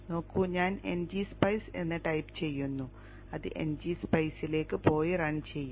നോക്കൂ ഞാൻ ngSpice എന്ന് ടൈപ്പ് ചെയ്യുന്നു അത് ngSpice ലേക്ക് പോയി റൺ ചെയ്യും